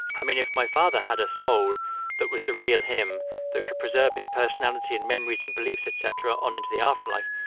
i mean, if my father had a soul that was the real him that could preserve his personality and memories and beliefs, et cetera, on into the afterlife,